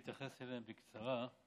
אתייחס אליהם בקצרה.